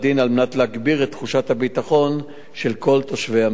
על מנת להגביר את תחושת הביטחון של כל תושבי המדינה.